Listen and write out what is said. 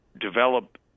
develop